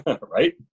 Right